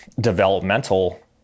developmental